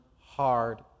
hard